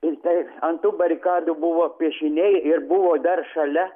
ir tai ant tų barikadų buvo piešiniai ir buvo dar šalia